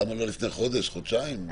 למה לא לפני חודש, חודשיים?